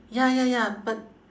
ya ya ya but